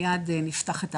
מייד נפתחת ההרשמה.